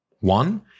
One